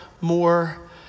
more